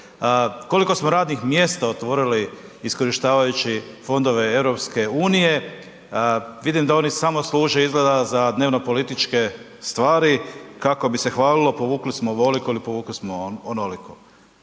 Koliko smo radnih mjesta otvorili iskorištavajući fondove EU? Vidim da oni samo služe izgleda za dnevno-političke stvari kako bi se hvalilo, povukli smo ovoliko ili povukli smo onoliko.